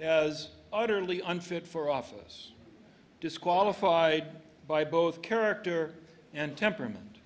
as utterly unfit for office disqualified by both character and temperament